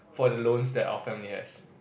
for the loans that our family has